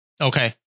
Okay